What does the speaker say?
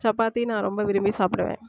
சப்பாத்தி நான் ரொம்ப விரும்பி சாப்பிடுவேன்